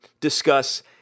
discuss